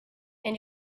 and